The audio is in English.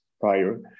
prior